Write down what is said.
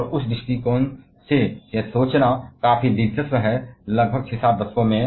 और यह सोचना काफी दिलचस्प है कि उस बिंदु से लगभग 6 7 दशकों में